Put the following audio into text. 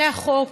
זה החוק.